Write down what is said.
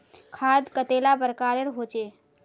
खाद कतेला प्रकारेर होचे?